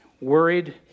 worried